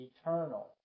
eternal